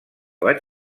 vaig